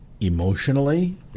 emotionally